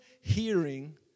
hearing